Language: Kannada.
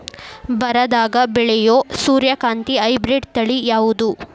ಬರದಾಗ ಬೆಳೆಯೋ ಸೂರ್ಯಕಾಂತಿ ಹೈಬ್ರಿಡ್ ತಳಿ ಯಾವುದು?